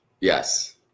Yes